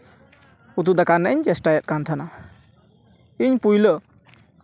ᱩᱛᱩ ᱫᱟᱠᱟ ᱨᱮᱱᱟᱜ ᱤᱧ ᱪᱮᱥᱴᱟᱭᱮᱫ ᱠᱟᱱ ᱛᱟᱦᱮᱱᱟ ᱤᱧ ᱯᱳᱭᱞᱳ